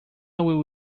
will